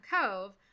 Cove